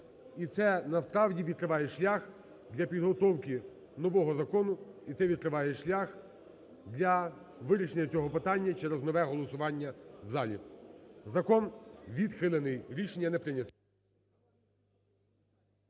І це насправді відкриває шлях для підготовки нового закону, і це відкриває шлях для вирішення цього питання через нове голосування в залі. Закон відхилений. Рішення не прийняте.